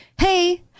Hey